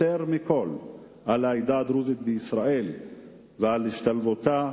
מכול על העדה הדרוזית בישראל ועל השתלבותה